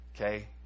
okay